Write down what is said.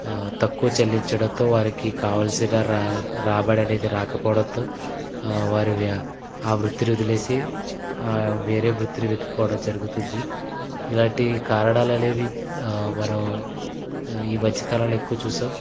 తక్కువ చెల్లించడంతో వారికి కావాల్సిన రా రాబడి అనేది రాకపోవడంతో వారు ఆ వృత్తిని వదిలేసి వేరే వృత్తిని వెతుక్కోవడం జరుగుతుంది ఇలాంటి కారణాలు అనేవి మనం ఈ మధ్యకాలంలో ఎక్కువ చూసాం